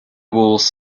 walls